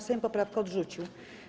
Sejm poprawkę odrzucił.